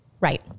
Right